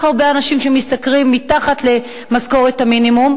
הרבה אנשים שמשתכרים מתחת למשכורת המינימום,